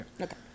Okay